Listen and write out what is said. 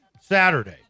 Saturday